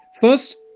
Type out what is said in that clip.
First